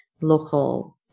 local